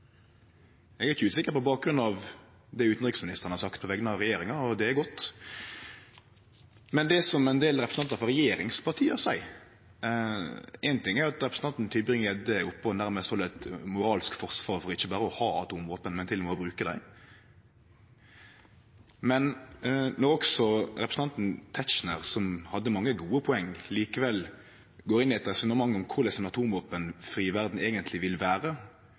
Eg er ikkje usikker på bakgrunn av det utanriksministeren har sagt på vegner av regjeringa, og det er godt. Men når det gjeld det som ein del representantar frå regjeringspartia seier – ein ting er at representanten Tybring- Gjedde er oppe og held nærmast eit moralsk forsvar ikkje berre for å ha atomvåpen, men til og med for å bruke dei, men når også representanten Tetzschner, som hadde mange gode poeng, likevel går inn i eit resonnement om korleis ei atomvåpenfri verd eigentleg vil vere,